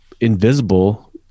invisible